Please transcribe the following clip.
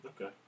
Okay